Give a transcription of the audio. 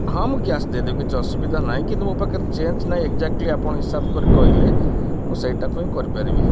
ହଁ ମୁଁ କ୍ୟାସ୍ ଦେଇଦେବି କିଛି ଅସୁବିଧା ନାହିଁ କିନ୍ତୁ ମୋ ପାଖରେ ଚେଞ୍ଜ ନାହିଁ ଏଗ୍ଜାକ୍ଟଲି ଆପଣ ହିସାବ କରି କହିଲେ ମୁଁ ସେଇଟାକୁ ହିଁ କରିପାରିବି